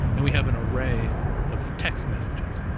and we have an array of text messages.